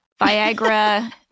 Viagra